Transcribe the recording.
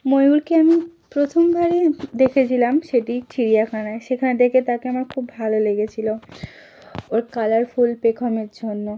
ময়ূরকে আমি প্রথমবারে দেখেছিলাম সেটি চিড়িয়াখানায় সেখানে দেখে তাকে আমার খুব ভালো লেগেছিল ওর কালারফুল পেখমের জন্য